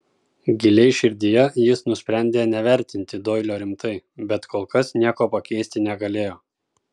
giliai širdyje jis nusprendė nevertinti doilio rimtai bet kol kas nieko pakeisti negalėjo